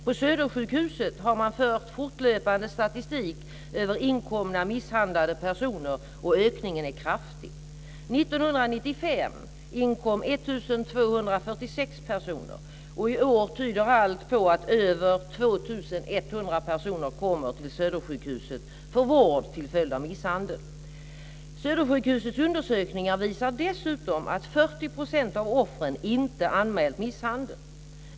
På Södersjukhuset har man fört fortlöpande statistik över inkomna misshandlade personer, och ökningen är kraftig. 1995 inkom 1 246 personer, och i år tyder allt på att över 2 100 personer kommer till Södersjukhuset för vård till följd av misshandel. Södersjukhusets undersökningar visar dessutom att 40 % av offren inte anmält misshandeln.